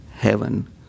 heaven